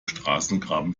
straßengraben